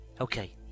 Okay